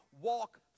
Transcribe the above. walk